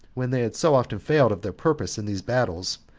when they had so often failed of their purpose in these battles,